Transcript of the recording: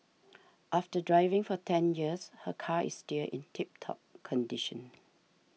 after driving for ten years her car is still in tip top condition